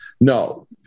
no